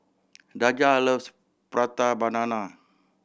Daja loves Prata Banana